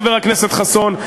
חבר הכנסת חסון,